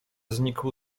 znikł